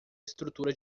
estrutura